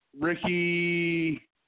Ricky